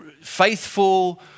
faithful